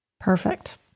Perfect